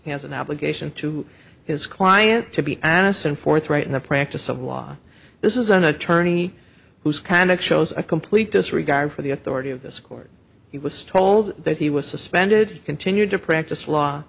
has an obligation to his client to be honest and forthright in the practice of law this is an attorney who's kind of shows a complete disregard for the authority of this court he was told that he was suspended continued to practice law